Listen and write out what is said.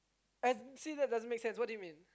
and see that doesn't make sense what do you mean